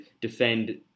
defend